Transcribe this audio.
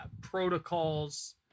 protocols